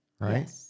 right